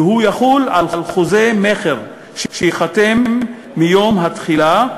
והוא יחול על חוזה מכר שייחתם מיום התחילה,